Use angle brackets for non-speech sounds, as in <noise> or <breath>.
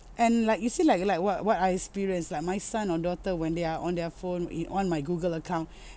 and like you say like like what what I experience like my son or daughter when they are on their phone it on my google account <breath>